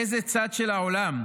באיזה צד העולם?